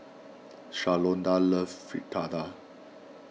Shalonda loves Fritada